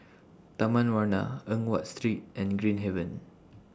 Taman Warna Eng Watt Street and Green Haven